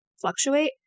fluctuate